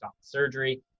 surgery